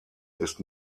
ist